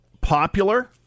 popular